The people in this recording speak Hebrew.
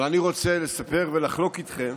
אבל אני רוצה לספר ולחלוק איתכם